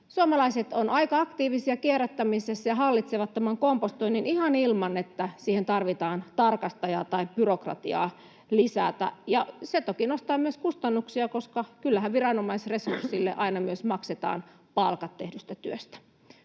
Suomalaiset ovat aika aktiivisia kierrättämisessä ja hallitsevat kompostoinnin ihan ilman, että siihen tarvitaan tarkastajaa tai byrokratiaa lisää. Se toki nostaa myös kustannuksia, koska kyllähän viranomaisresurssille aina myös maksetaan palkat tehdystä työstä.